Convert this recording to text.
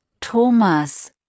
Thomas